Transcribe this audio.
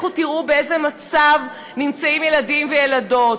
לכו תראו באיזה מצב נמצאים ילדים וילדות,